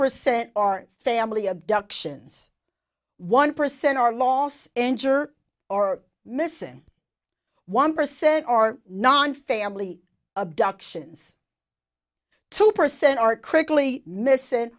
percent are family abductions one percent are lost injure or missing one percent are nonfamily abductions two percent are critically missing